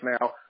now